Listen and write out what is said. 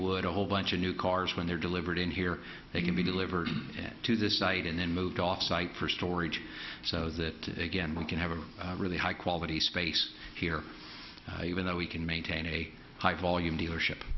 would a whole bunch of new cars when they're delivered in here they can be delivered to this site and then moved off site for storage so that again we can have a really high quality space here even though we can maintain a high volume dealership